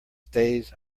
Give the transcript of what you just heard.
stays